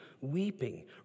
weeping